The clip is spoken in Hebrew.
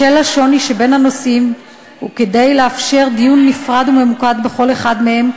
בשל השוני שבין הנושאים וכדי לאפשר דיון נפרד וממוקד בכל אחד מהם,